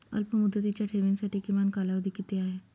अल्पमुदतीच्या ठेवींसाठी किमान कालावधी किती आहे?